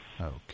Okay